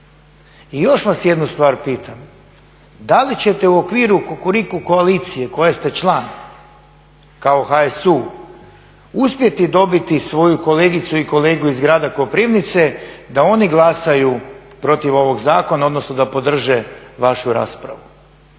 I još vas jednu stvar pitam. Da li ćete u okviru Kukuriku koalicije koje ste član kao HSU uspjeti dobiti svoju kolegicu i kolegu iz grada Koprivnice da oni glasaju protiv ovog zakona, odnosno da podrže vašu raspravu.